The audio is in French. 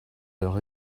leur